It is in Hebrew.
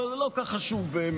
אבל זה לא כל כך חשוב באמת,